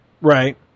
Right